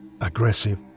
aggressive